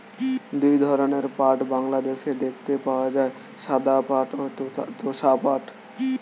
দুই ধরনের পাট বাংলাদেশে দেখতে পাওয়া যায়, সাদা পাট ও তোষা পাট